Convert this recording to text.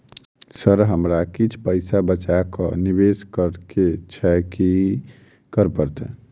Sir हमरा किछ पैसा बचा कऽ निवेश करऽ केँ छैय की करऽ परतै?